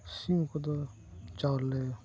ᱥᱤᱢ ᱠᱚᱫᱚ ᱪᱟᱣᱞᱮ